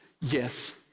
yes